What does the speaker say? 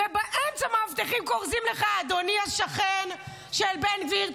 ובאמצע המאבטחים כורזים לך: אדוני השכן של בן גביר,